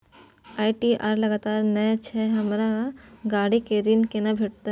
ITR लगातार नय छै हमरा गाड़ी के ऋण केना भेटतै?